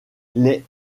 les